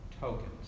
tokens